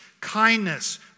kindness